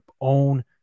own